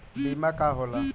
बीमा का होला?